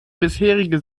bisherige